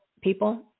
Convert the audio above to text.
people